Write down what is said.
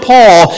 Paul